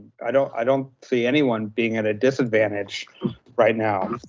i don't i don't see anyone being at a disadvantage right now.